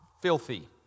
filthy